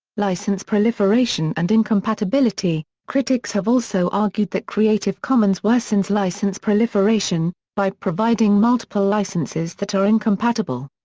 license proliferation and incompatibility critics have also argued that creative commons worsens license proliferation, by providing multiple licenses that are incompatible.